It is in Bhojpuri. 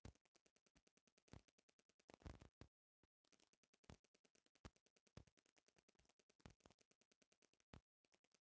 जब कबो कोई क्रेडिट कार्ड लेवे जाला त क्रेडिट कार्ड वाला ओकरा के बीमा भी करावे के कहे लसन